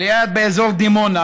באזור דימונה,